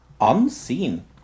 Unseen